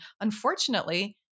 unfortunately